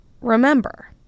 remember